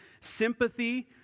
sympathy